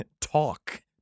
talk